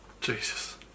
Jesus